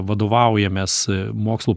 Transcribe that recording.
vadovaujamės mokslu